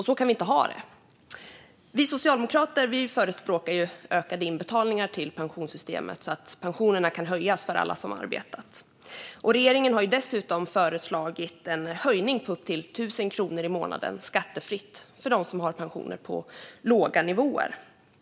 Så kan vi inte ha det. Vi socialdemokrater förespråkar ökade inbetalningar till pensionssystemet, så att pensionerna kan höjas för alla som arbetat. Regeringen har ju dessutom föreslagit en höjning med upp till 1 000 kronor i månaden skattefritt för dem som har pensioner på låga nivåer.